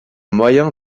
moyen